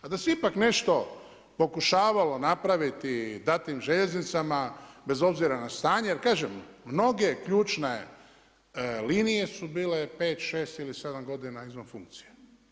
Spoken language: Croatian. A da se ipak nešto pokušavalo napraviti, dati željeznicama, bez obzira na stanje, jer kažem, mnoge ključne linije su bile 5, 6 ili 7 godina izvan funkcije.